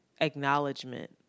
acknowledgement